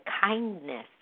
kindness